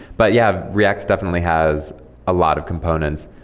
but yeah, react definitely has a lot of components.